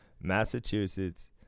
Massachusetts